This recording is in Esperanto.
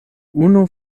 unu